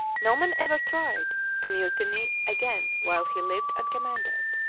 no man ever tried to mutiny again while he lived and commanded.